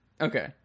Okay